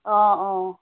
অঁ অঁ